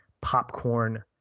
popcorn